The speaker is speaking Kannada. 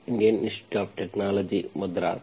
Indian Institute of Technology Madras